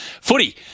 footy